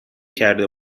کرده